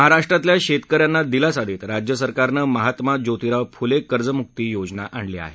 महाराष्ट्रातल्या शेतक यांना दिलासा देत राज्य सरकारनं महात्मा जोतीराव फुले कर्जमुकी योजना आणली आहे